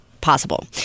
possible